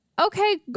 okay